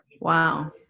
Wow